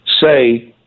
say